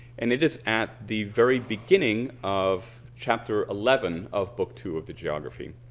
and it is at the very beginning of chapter eleven of book two of the geography.